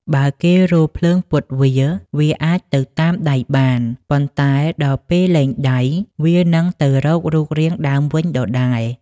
បើគេរោលភ្លើងពត់វា វាអាចទៅតាមដៃបាន ប៉ុន្តែដល់ពេលលែងដៃ វានឹងទៅរករូបរាងដើមវិញដដែល។